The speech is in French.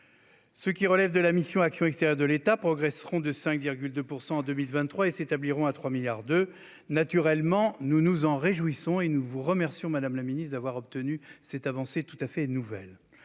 Ceux qui relèvent de la mission « Action extérieure de l'État » progresseront de 5,2 % en 2023, s'établissant à 3,2 milliards d'euros. Naturellement, nous nous en réjouissons et vous remercions, madame la ministre, d'avoir obtenu cette avancée inédite.